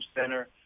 center